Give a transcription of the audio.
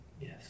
Yes